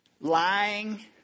lying